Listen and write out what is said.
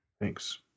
Thanks